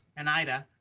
and ida,